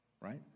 Right